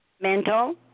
mental